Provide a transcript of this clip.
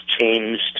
changed